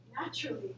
Naturally